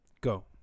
go